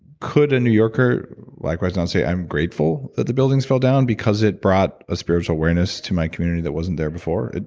could a new yorker, likewise, not say i'm grateful that the buildings fell down because it brought a spiritual awareness to my community that wasn't there before?